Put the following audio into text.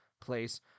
place